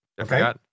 Okay